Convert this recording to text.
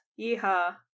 Yeehaw